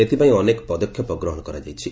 ଏଥିପାଇଁ ଅନେକ ପଦକ୍ଷେପ ଗ୍ରହଣ କରାଯାଇଛି